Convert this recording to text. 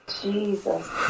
Jesus